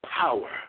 power